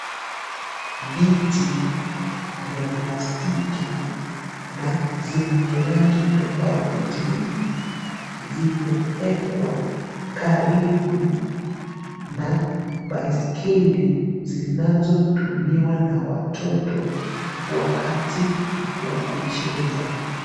Viti vya plastiki na zenye rangi tofauti zimewekwa karibu na baiskeli zinazotumiwa na watoto wakati wa kucheza.